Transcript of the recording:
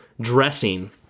dressing